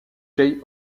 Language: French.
jay